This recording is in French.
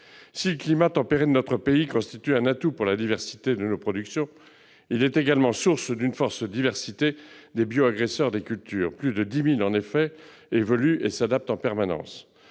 Si le climat tempéré de notre pays constitue un atout pour la diversité de nos productions, il est également source d'une forte diversité des bioagresseurs des cultures : ils sont plus de 10 000, évoluent et s'adaptent en permanence.